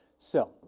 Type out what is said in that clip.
so,